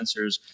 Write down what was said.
sensors